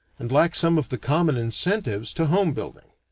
and lack some of the common incentives to home-building.